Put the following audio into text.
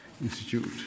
Institute